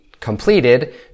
completed